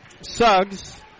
Suggs